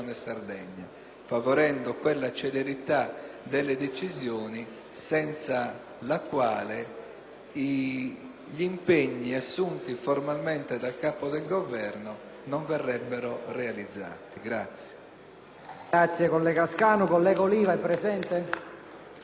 gli impegni assunti formalmente dal Capo del Governo non potrebbero realizzarsi.